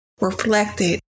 reflected